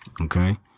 Okay